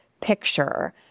picture